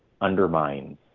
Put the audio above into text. undermines